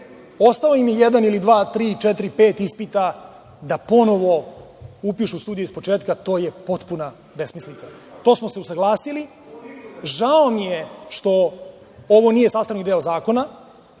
Ostao im je jedan, dva ili četiri ispita ponovo upišu studije iz početka to je potpuna besmislica. To smo se usaglasili. Žao mi je što ovo nije sastavni deo zakona,